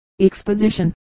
Exposition